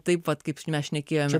taip pat kaip mes šnekėjome